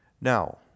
Now